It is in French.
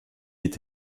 est